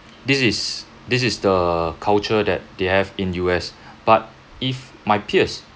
this is this is the culture that they have in U_S but if my peers